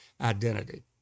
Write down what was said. identity